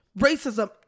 racism